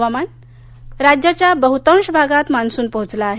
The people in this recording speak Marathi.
हवामान राज्याच्या बहुतांश भागात मान्सून पोहोचला आहे